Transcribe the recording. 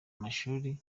amashuri